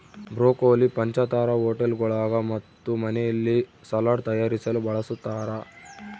broccoli ಪಂಚತಾರಾ ಹೋಟೆಳ್ಗುಳಾಗ ಮತ್ತು ಮನೆಯಲ್ಲಿ ಸಲಾಡ್ ತಯಾರಿಸಲು ಬಳಸತಾರ